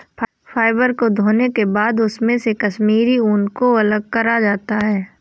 fibre को धोने के बाद इसमे से कश्मीरी ऊन को अलग करा जाता है